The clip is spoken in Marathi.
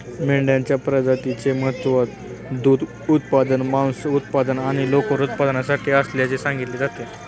मेंढ्यांच्या प्रजातीचे महत्त्व दूध उत्पादन, मांस उत्पादन आणि लोकर उत्पादनासाठी असल्याचे सांगितले जाते